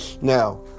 now